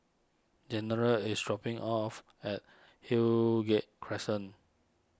General is dropping off at Highgate Crescent